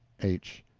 h.